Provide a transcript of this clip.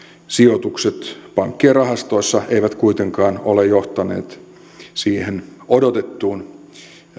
sijoitukset pankkien rahastoissa eivät kuitenkaan ole johtaneet siihen odotettuun